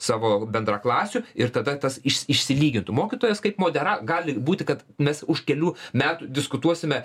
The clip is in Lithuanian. savo bendraklasių ir tada tas iš išsilygintų mokytojas kaip modera gali būti kad mes už kelių metų diskutuosime